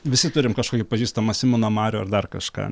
visi turim kažkokį pažįstamą simoną marių ar dar kažką